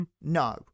no